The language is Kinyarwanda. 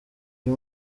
uyu